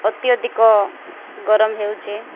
ଅତ୍ୟଧିକ ଗରମ ହେଉଛି